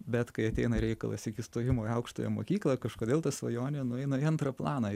bet kai ateina reikalas iki stojimo į aukštąją mokyklą kažkodėl ta svajonė nueina į antrą planą